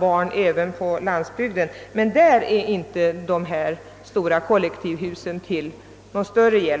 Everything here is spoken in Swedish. barnen, men där är inte kollektivhusen till någon större hjälp.